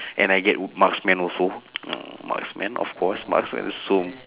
and I get m~ marksman also marksman of course marksman's so